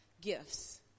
gifts